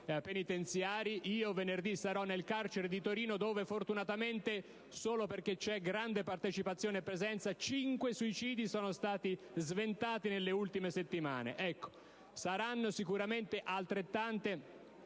penitenziari. Venerdì prossimo io sarò nel carcere di Torino, dove fortunatamente, solo perché vi sono grande partecipazione e presenza, cinque suicidi sono stati sventati nelle ultime settimane. Saranno sicuramente centinaia